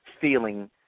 feeling